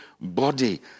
body